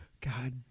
God